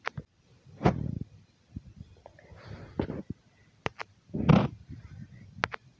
ಪಪ್ಪಾಯಿಕಾಯಿಂದ skin ಟ್ರಿಟ್ಮೇಟ್ಗ ಔಷಧಿಯನ್ನಾಗಿ ತಯಾರಮಾಡತ್ತಾರ